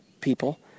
people